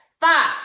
Five